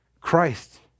Christ